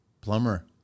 Plumber